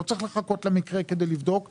לא צריך לחכות למקרה כדי לבדוק ולראות.